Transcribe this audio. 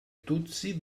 tutsi